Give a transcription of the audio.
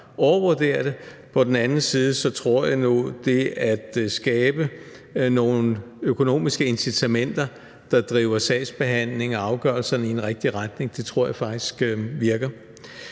overvurdere det, men på den anden side tror jeg nu faktisk, at det at skabe nogle økonomiske incitamenter, der driver sagsbehandlingen og afgørelserne i en rigtig retning, virker.